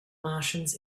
martians